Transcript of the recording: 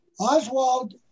Oswald